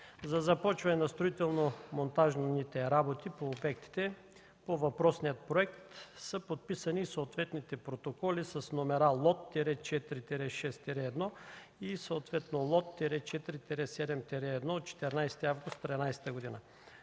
За започване на строително-монтажните работи по обектите по въпросния проект са подписани съответните протоколи с номера Лот-4-6, серия 1, и съответно Лот-4-7-1 от 14 август 2013 г.